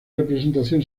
representación